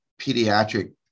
pediatric